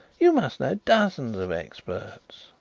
you must know dozens of experts.